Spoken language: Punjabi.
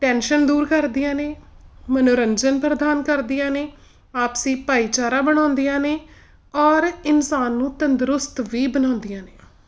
ਟੈਨਸ਼ਨ ਦੂਰ ਕਰਦੀਆਂ ਨੇ ਮਨੋਰੰਜਨ ਪ੍ਰਦਾਨ ਕਰਦੀਆਂ ਨੇ ਆਪਸੀ ਭਾਈਚਾਰਾ ਬਣਾਉਂਦੀਆਂ ਨੇ ਔਰ ਇਨਸਾਨ ਨੂੰ ਤੰਦਰੁਸਤ ਵੀ ਬਣਾਉਂਦੀਆਂ ਨੇ